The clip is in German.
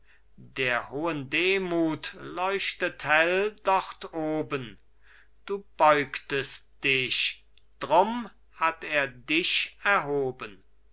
der hohen demut leuchtet hell dort oben du beugtest dich drum hat er dich erhoben